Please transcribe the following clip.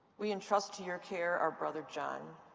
we entrust to your care our brother jon